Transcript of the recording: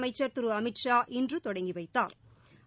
அமைச்சள் திரு அமித்ஷா இன்று தொடங்கி வைத்தாா்